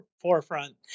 forefront